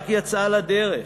רק יצאה לדרך,